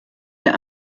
der